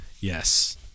Yes